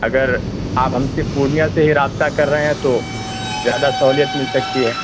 اگر آپ ہم سے پورنیہ سے ہی رابطہ کر رہے ہیں تو زیادہ سہولیت مل سکتی ہے